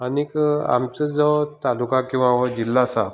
आनीक आमचो जो तालुका किंवा हो जिल्लो आसा